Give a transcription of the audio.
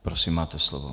Prosím, máte slovo.